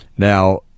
now